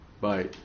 bye